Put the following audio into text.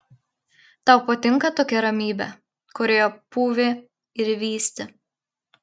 tau patinka tokia ramybė kurioje pūvi ir vysti